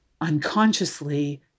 unconsciously